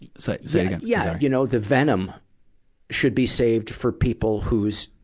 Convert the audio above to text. say say yeah. you know, the venom should be saved for people whose